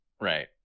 Right